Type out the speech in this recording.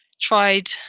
tried